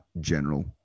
general